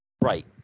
Right